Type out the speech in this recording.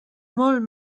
molt